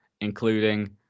including